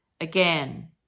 again